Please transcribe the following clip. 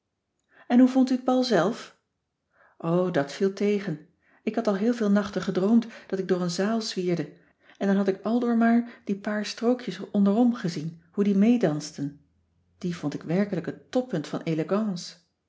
en hoe vondt u t bal zelf o dat viel tegen ik had al heel veel nachten gedroomd dat ik door een zaal zwierde en dan had ik aldoor maar die paar strookjes onderom gezien hoe die meedansten die vond ik werkelijk het toppunt van